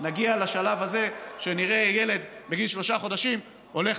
נגיע לשלב הזה שנראה ילד בגיל שלושה חודשים הולך